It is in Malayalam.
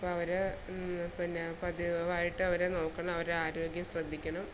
അപ്പം അവർ പിന്നെ പതിവ് ആയിട്ട് അവരെ നോക്കണം അവരെ ആരോഗ്യം ശ്രദ്ധിക്കണം